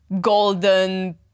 golden